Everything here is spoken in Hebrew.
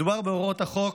מדובר בהוראות חוק